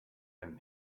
him